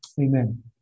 Amen